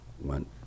went